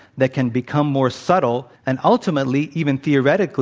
that can become more subtle and ultimately, even theoretically,